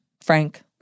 Frank